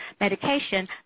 medication